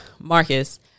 Marcus